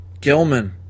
Gilman